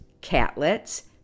catlets